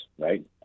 right